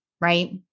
Right